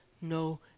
no